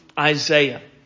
Isaiah